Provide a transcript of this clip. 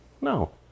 No